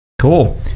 Cool